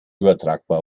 übertragbar